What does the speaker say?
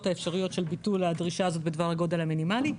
האפשריות של ביטול הדרישה הזאת בדבר הגודל המינימלי?